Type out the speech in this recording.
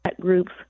groups